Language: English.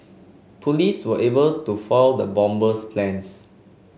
police were able to foil the bomber's plans